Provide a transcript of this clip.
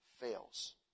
fails